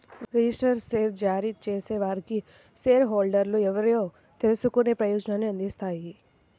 registered share జారీ చేసేవారికి share హోల్డర్లు ఎవరో తెలుసుకునే ప్రయోజనాన్ని అందిస్తాయి